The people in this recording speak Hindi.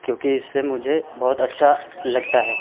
क्योंकि इससे मुझे बहुत अच्छा लगता है